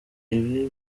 ibi